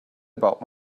about